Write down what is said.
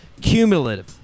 Cumulative